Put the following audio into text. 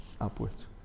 upwards